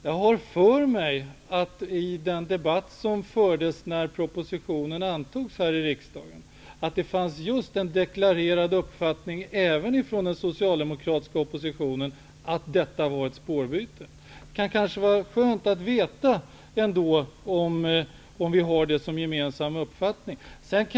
Jag har för mig att det under den debatt som fördes här i kammaren i samband med att propositionen antogs fanns en deklarerad uppfattning även hos den socialdemokratiska oppositionen, att denna innebar ett spårbyte. Det vore skönt att veta om det är vår gemensamma uppfattning.